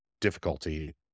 difficulty